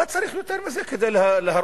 מה צריך יותר מזה כדי להראות